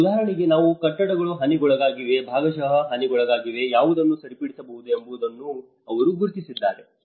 ಮತ್ತು ಉದಾಹರಣೆಗೆ ಯಾವ ಕಟ್ಟಡಗಳು ಹಾನಿಗೊಳಗಾಗಿವೆ ಭಾಗಶಃ ಹಾನಿಗೊಳಗಾಗಿವೆ ಯಾವುದನ್ನು ಸರಿಪಡಿಸಬಹುದು ಎಂಬುದನ್ನು ಅವರು ಗುರುತಿಸಿದ್ದಾರೆ